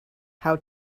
how